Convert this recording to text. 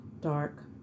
dark